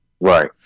Right